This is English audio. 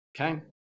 Okay